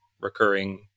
recurring